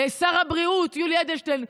שר הבריאות יולי אדלשטיין,